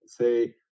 Say